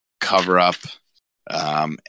cover-up